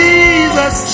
Jesus